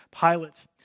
Pilate